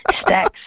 Stacks